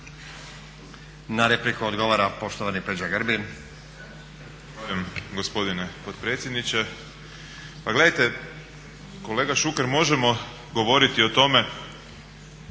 Na repliku odgovara poštovani Peđa Grbin.